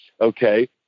okay